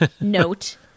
note